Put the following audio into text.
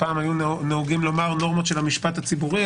פעם היו נוהגים לומר נורמות של המשפט הציבורי,